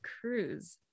cruise